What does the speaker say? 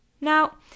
Now